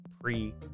pre